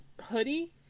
hoodie